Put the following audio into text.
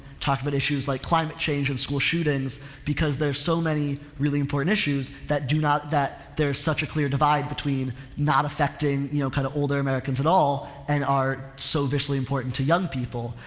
talk about issues like climate change and school shootings because there's so many really important issues that do not, that there's such a clear divide between not affecting, you know, kind of older americans at all and are so especially important to young people.